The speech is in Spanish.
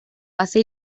ace